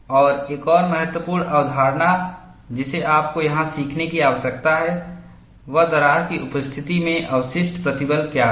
और एक और महत्वपूर्ण अवधारणा जिसे आपको यहां सीखने की आवश्यकता है वह दरार की उपस्थिति में अवशिष्ट प्रतिबल क्या है